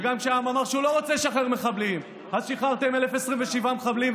וגם כשהעם אמר שהוא לא רוצה לשחרר מחבלים אז שחררתם 1,027 מחבלים,